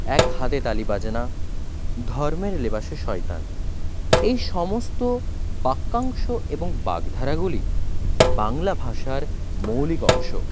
এক হাতে তালি বাজে না ধর্মের লেবাসে শয়তান এই সমস্ত বাক্যাংশ এবং বাগধারাগুলি বাংলা ভাষার মৌলিক অংশ